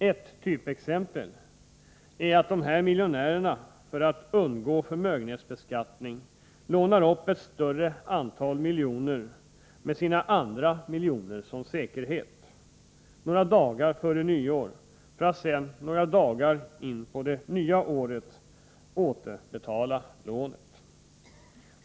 Ett typexempel är när en miljonär för att undergå förmögenhetsbeskattning lånar upp ett större antal miljoner några dagar före nyår, med sina andra miljoner som säkerhet, för att några dagar in på det nya året återbetala lånet.